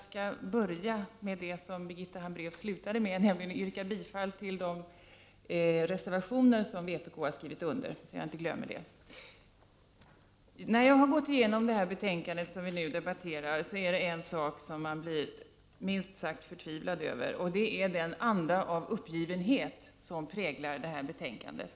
Fru talman! Låt mig börja med att yrka bifall till de reservationer som vpk har skrivit under. Efter att ha läst igenom det betänkande som vi nu debatterar har jag blivit minst sagt förtvivlad över en sak, nämligen den anda av uppgivenhet som präglar betänkandet.